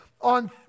on